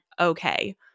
okay